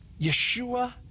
Yeshua